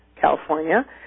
California